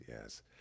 Yes